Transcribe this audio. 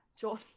John